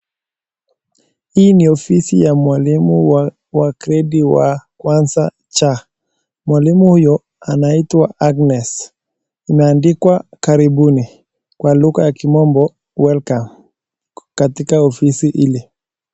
Hii ni ofisi ya mwalimu wa gredi wa 1C. Mwalimu huyo anaitwa Agnes. Imeandikwa karibuni, kwa lugha ya kimombo welcome katika ofisi hili.